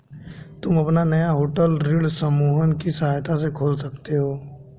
तुम अपना नया होटल ऋण समूहन की सहायता से खोल सकते हो